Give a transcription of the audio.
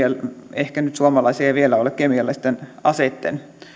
ehkä nyt suomalaisia ei vielä ole kemiallisten aseitten